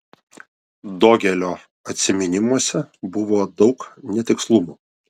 dogelio atsiminimuose buvo daug netikslumų